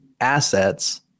assets